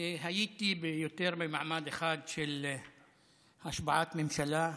הייתי ביותר ממעמד אחד של השבעת ממשלה,